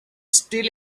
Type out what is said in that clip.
steal